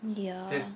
ya